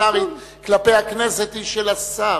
הפרלמנטרית כלפי הכנסת היא של השר.